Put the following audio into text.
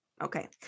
Okay